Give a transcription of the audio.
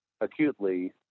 Acutely